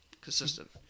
Consistent